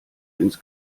ins